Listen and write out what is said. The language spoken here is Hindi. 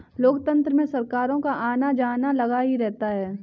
लोकतंत्र में सरकारों का आना जाना लगा ही रहता है